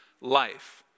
life